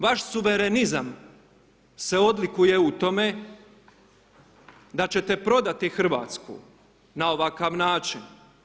Vaš suvremenizam se odlikuje u tome, da ćete prodati Hrvatsku na ovakav način.